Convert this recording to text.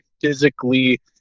physically